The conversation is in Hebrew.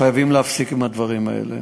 חייבים להפסיק עם הדברים האלה.